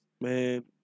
Man